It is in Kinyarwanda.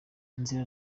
inzira